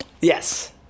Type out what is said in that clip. Yes